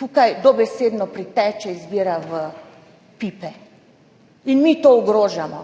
Tukaj dobesedno priteče iz izvira v pipe in mi to ogrožamo,